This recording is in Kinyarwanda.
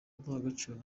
ndangagaciro